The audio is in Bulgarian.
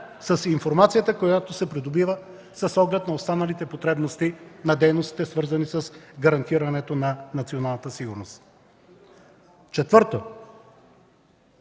с информацията, която се придобива, с оглед на останалите потребности на дейностите, свързани с гарантиране на националната сигурност. Четвърто,